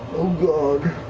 god.